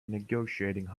negotiating